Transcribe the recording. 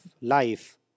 life